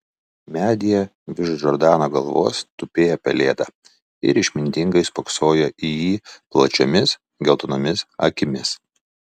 medyje virš džordano galvos tupėjo pelėda ir išmintingai spoksojo į jį plačiomis geltonomis akimis